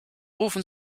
rufen